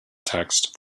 text